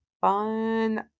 fun